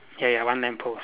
ya ya one lamppost